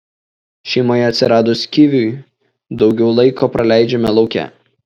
šeimoje atsiradus kiviui daugiau laiko praleidžiame lauke